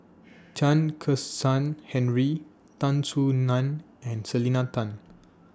Chen Kezhan Henri Tan Soo NAN and Selena Tan